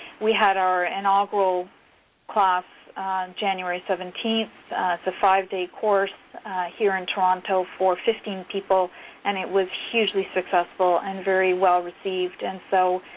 we had our inaugural class january seventeenth. it's a five-day course here in toronto for fifteen people and it was hugely successful and very well received. and so